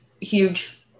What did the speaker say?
Huge